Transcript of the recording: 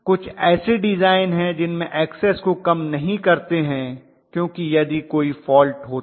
कुछ ऐसे डिज़ाइन हैं जिनमे Xs को कम नहीं करते हैं क्योंकि यदि कोई फॉल्ट होता है